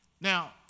Now